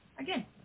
Again